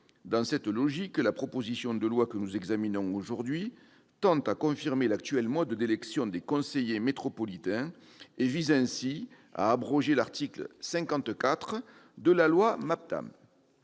Dans cette logique, la proposition de loi que nous examinons aujourd'hui tend à confirmer l'actuel mode d'élection des conseillers métropolitains et vise ainsi à abroger l'article 54 de la loi MAPTAM.